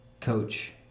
coach